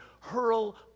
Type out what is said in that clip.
hurl